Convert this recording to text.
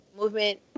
movement